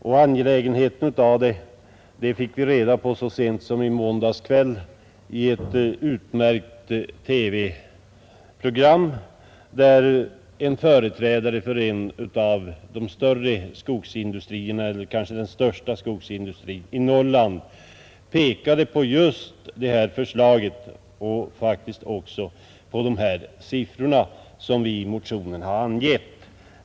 Att detta är angeläget fick vi reda på så sent som i måndags kväll i ett utmärkt TV-program, där en företrädare för en av de större skogsindustrierna — kanske den största — i Norrland pekade på just det här förslaget och faktiskt också på de siffror som vi i motionen hade angett.